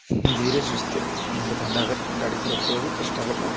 ଧୀରେ ସୁସ୍ତେ ମୁଣ୍ଡ ଥଣ୍ଡା କରି ଗାଡ଼ିକୁ ରଖିବାକୁ ଚେଷ୍ଟା କରିବ